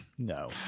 No